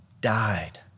died